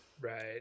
Right